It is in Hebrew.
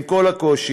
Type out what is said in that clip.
עם כל הקושי,